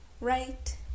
right